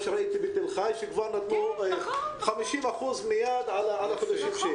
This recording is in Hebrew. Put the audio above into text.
שראיתי בתל חי שכבר נתנו 50% מייד על החודשים האלו.